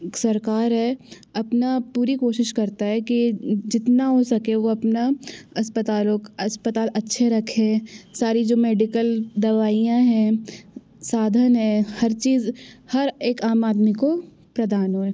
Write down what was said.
सरकार है अपना पूरी कोशिश करता है कि जितना हो सके वह अपना अस्पतालों अस्पताल अच्छे रखे सारी जो मेडिकल दवाईयाँ हैं साधन है हर चीज़ हर एक आम आदमी को प्रदान होए